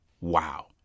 Wow